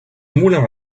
moulin